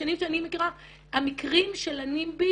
בשנים שאני מכירה, המקרים של הנימבי